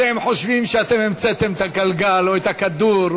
אתם חושבים שאתם המצאתם את הגלגל או את הכדור,